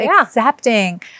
accepting